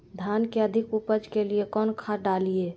धान के अधिक उपज के लिए कौन खाद डालिय?